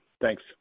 Thanks